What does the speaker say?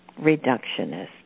reductionist